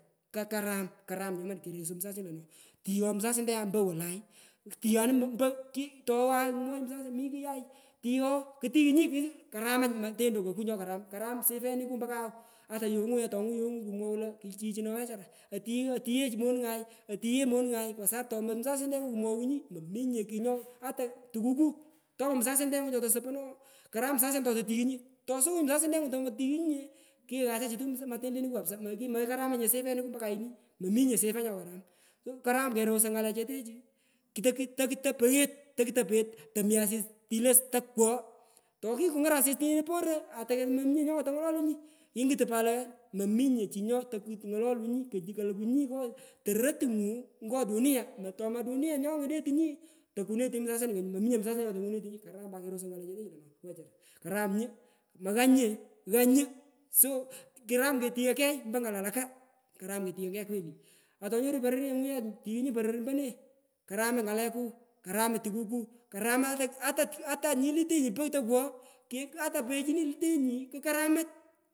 Kokaram karam nyoman kerosoi mwasyan lo tiwon musasyante nyan towo wolai kutighanu ompo ki towan mwochu musasi mi kuyay tigho kutighunyi karamach matendo koku chokaram karam sifeniku mpo kaw ata yongu ye tongu yongu mboowa lo chichi no wechara otighech monungai otighech monungai kwa sapu tomomusasiandengu kumwowungi mominye kugh nyoa tukuku tomo musasiantengu nyokosopo no karam musasiantengu matendeniku kapsa imoki mokaramach nye sifeniku mpo kayin mominye sifa nyokaram so karam kerosoi ngalechetechu tok asis otino poro atomominye chi nyokotonyolonunyi ingutu pat lo mominye chi nyotokungolonunyi koy kaluku nyi ngo torottongu ngo dunia tomodunia nyonetunyi tokunetunyi msasian konyu mominye musasian nyotokunetunyi karam pat kerosoi ngal lo wechara karam nyu maghanye gha nyu so karam ghoi key ompo ngal walaka karam ketighoi kegh kweli atoinguri pororyenyu ye tighunyi poror ompone karamach ngaleku kamach tukuku, karamach ata ata tini lutenyi pogh tokwogho ke atapoghechini lutenyi kukaramach.